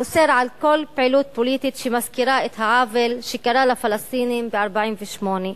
האוסר על כל פעילות פוליטית שמזכירה את העוול שקרה לפלסטינים ב-48',